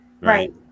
Right